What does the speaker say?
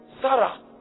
Sarah